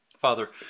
Father